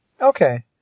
Okay